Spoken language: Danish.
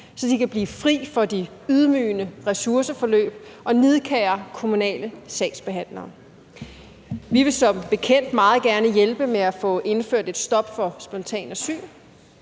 og blive fri for de ydmygende ressourceforløb og nidkære kommunale sagsbehandlere. Vi vil som bekendt meget gerne hjælpe med at få indført et stop for spontan asyl,